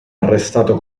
arrestato